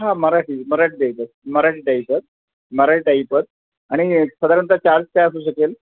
हां मराठी मराठी टाईपच मराठी टाईपच मराठी टाईपच आणि साधारणतः चार्ज काय असू शकेल